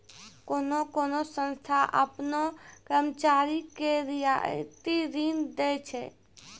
कोन्हो कोन्हो संस्था आपनो कर्मचारी के रियायती ऋण दै छै